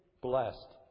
blessed